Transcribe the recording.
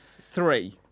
Three